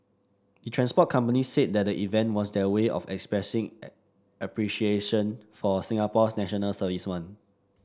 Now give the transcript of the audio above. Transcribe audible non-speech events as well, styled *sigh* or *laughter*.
the transport companies said that the event was their way of expressing *hesitation* appreciation for Singapore's National Servicemen